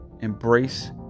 Embrace